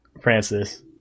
Francis